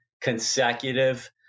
consecutive